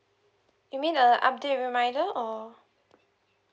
you mean a update reminder or